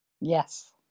Yes